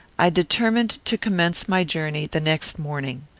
i determined to commence my journey the next morning.